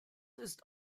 ist